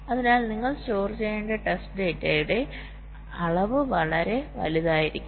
അതിനാൽ നിങ്ങൾ സ്റ്റോർ ചെയ്യേണ്ട ടെസ്റ്റ് ഡാറ്റയുടെ അളവ് വളരെ വലുതായിരിക്കും